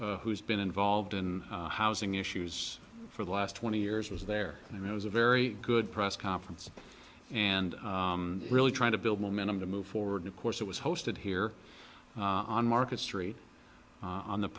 who's been involved in housing issues for the last twenty years was there and it was a very good press conference and really trying to build momentum to move forward of course it was hosted here on market street on the